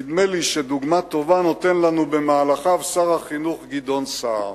נדמה לי שדוגמה טובה נותן לנו במהלכיו שר החינוך גדעון סער,